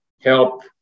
help